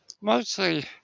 mostly